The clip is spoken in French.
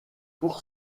pour